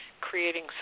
creating